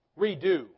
redo